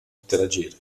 interagire